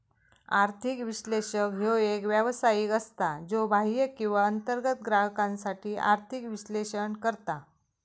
आर्थिक विश्लेषक ह्यो एक व्यावसायिक असता, ज्यो बाह्य किंवा अंतर्गत ग्राहकांसाठी आर्थिक विश्लेषण करता